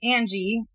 Angie